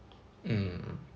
mm